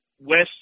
West